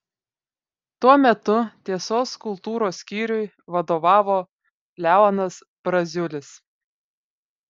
tuo metu tiesos kultūros skyriui vadovavo leonas braziulis